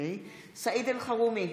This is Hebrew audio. סעיד אלחרומי,